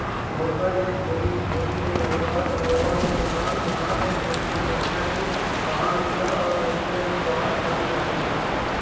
ढोरगा ले झोरी, झोरी ले नरूवा, नरवा ले नहर, नहर ले नदिया, नदिया ले महा नदिया, नदिया ले बांध आदि बनाय जाथे